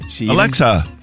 Alexa